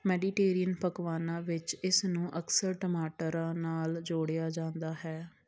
Mediterranean ਪਕਵਾਨਾਂ ਵਿੱਚ ਇਸ ਨੂੰ ਅਕਸਰ ਟਮਾਟਰ ਨਾਲ ਜੋੜਿਆ ਜਾਂਦਾ ਹੈ